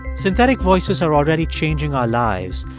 synthetic voices are already changing our lives,